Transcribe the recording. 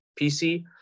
PC